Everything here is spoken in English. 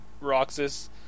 Roxas